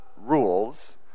rules